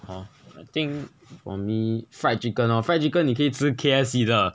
hor I think for me fried chicken lor fried chicken 你可以吃 K_F_C 的